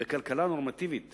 בכלכלה נורמטיבית